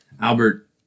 Albert